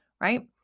Right